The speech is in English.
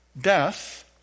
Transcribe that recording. death